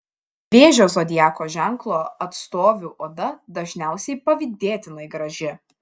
vėžio zodiako ženklo atstovių oda dažniausiai pavydėtinai graži